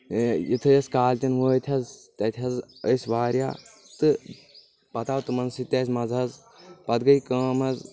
یُتھے أسۍ کالچن وٲتۍ حظ تتہِ حظ أسۍ واریاہ تہٕ پتہٕ آو تِمن سۭتۍ تہِ اسہِ مزٕ حظ پتہٕ گے کٲم حظ